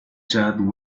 chad